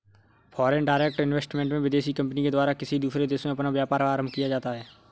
foreign direct investment में विदेशी company के द्वारा किसी दूसरे देश में अपना व्यापार आरंभ किया जाता है